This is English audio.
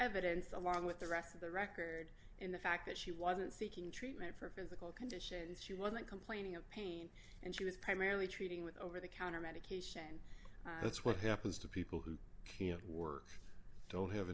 evidence along with the rest of the record in the fact that she wasn't seeking treatment for physical conditions she wasn't complaining of pain and she was primarily treating with over the counter medication that's what happens to people who can't work don't have